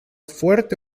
fuerte